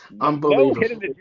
Unbelievable